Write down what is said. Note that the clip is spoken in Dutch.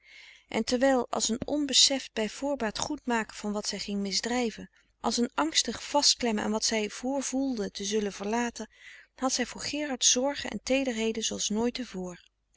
en terwijl als een onbeseft bij voorbaat goed maken van wat zij ging misdrijven als een angstig vastklemmen aan wat zij vrvoelde te zullen verlaten had zij voor gerard zorgen en teederheden zooals nooit